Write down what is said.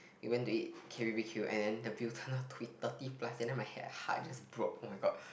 we went to eat k_b_b_q and then the bill turned out to be thirty plus and then my head heart just broke oh-my-god